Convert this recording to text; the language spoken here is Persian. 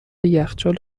یخچال